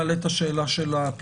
מעלה את השאלה של הפרסומים.